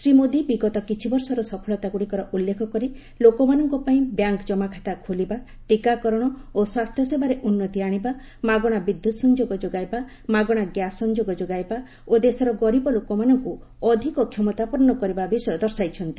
ଶ୍ରୀ ମୋଦୀ ବିଗତ କିଛିବର୍ଷର ସଫଳତାଗୁଡ଼ିକର ଉଲ୍ଲେଖ କରି ଲୋକମାନଙ୍କ ପାଇଁ ବ୍ୟାଙ୍କ ଜମାଖାତା ଖୋଲିବା ଟିକାକରଣ ଓ ସ୍ପାସ୍ଥ୍ୟସେବାରେ ଉନ୍ନତି ଆଣିବା ମାଗଣା ବିଦ୍ୟୁତ୍ ସଂଯୋଗ ଯୋଗାଇବା ମାଗଣା ଗ୍ୟାସ୍ ସଂଯୋଗ ଯୋଗାଇବା ଓ ଦେଶର ଗରିବ ଲୋକମାନଙ୍କୁ ଅଧିକ କ୍ଷମତାପନ୍ନ କରିବା ବିଷୟ ଦର୍ଶାଇଛନ୍ତି